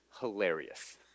hilarious